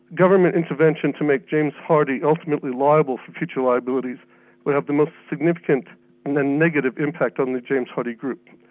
government intervention to make james hardie ultimately liable for future liabilities will have the most significant and then negative impact on the james hardie group.